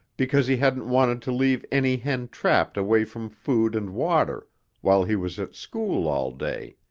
because he hadn't wanted to leave any hen trapped away from food and water while he was at school all day.